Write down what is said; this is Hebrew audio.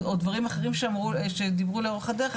או דברים אחרים שדיברו לאורך הדרך,